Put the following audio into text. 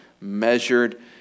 measured